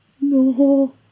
no